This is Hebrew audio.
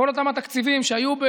כל אותם התקציבים שהיו,